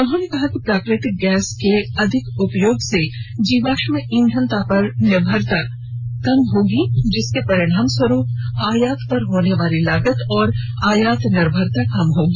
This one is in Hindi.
उन्होंने कहा कि प्राकृतिक गैस के अधिक उपयोग से जीवाश्म ईंधन पर निर्भरता कम होगी जिसके परिणामस्वरूप आयात पर होने वाली लागत और आयात निर्भरता कम होगी